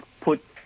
put